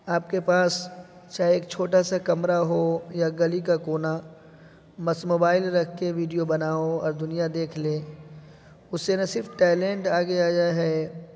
آپ کے پاس چاہے ایک چھوٹا سا کمرہ ہو یا گلی کا کونا بس موبائل رکھ کے ویڈیو بناؤ اور دنیا دیکھ لے اس سے نہ صرف ٹیلینٹ آ گے آیا ہے